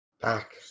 back